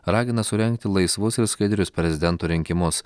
ragina surengti laisvus ir skaidrius prezidento rinkimus